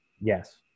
yes